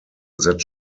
that